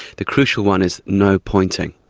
the crucial one is no pointing,